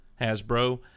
hasbro